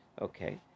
Okay